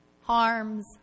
harms